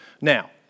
Now